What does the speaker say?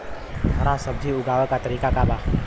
हरा सब्जी उगाव का तरीका बताई?